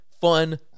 fun